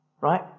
right